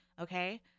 okay